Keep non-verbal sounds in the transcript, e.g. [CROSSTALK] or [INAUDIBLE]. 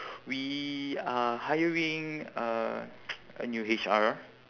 we are hiring a [NOISE] a new H_R